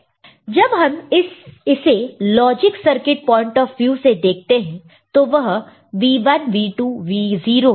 तो जब हम इसे logic circuit point of view से देखते हैं तो वह V1 V2 V o है